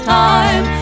time